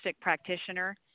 practitioner